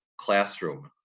classroom